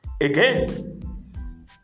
Again